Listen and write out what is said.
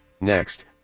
next